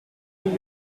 een